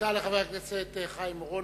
תודה לחבר הכנסת חיים אורון.